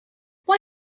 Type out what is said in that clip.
why